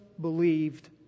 believed